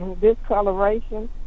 discoloration